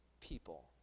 people